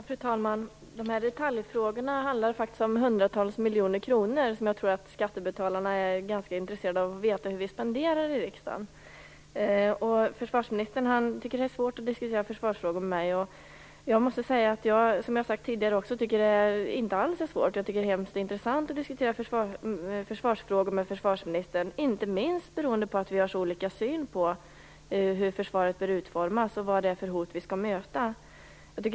Fru talman! De här detaljfrågorna handlar om hundratals miljoner kronor, och jag tror att skattebetalarna är ganska intresserade av att få veta hur vi i riksdagen spenderar dessa pengar. Försvarsministern tycker att det är svårt att diskutera försvarsfrågor med mig. Jag tycker, som jag också har sagt tidigare, att det inte alls är svårt. Jag tycker att det är hemskt intressant att diskutera försvarsfrågor med försvarsministern, inte minst beroende på att vi har olika syn på hur försvaret bör utformas och vilka hot vi skall möta.